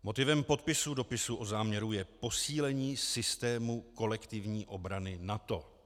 Motivem podpisu dopisu o záměru je posílení systému kolektivní obrany NATO.